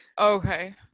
Okay